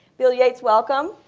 bill yates, welcome.